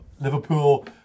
Liverpool